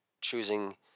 choosing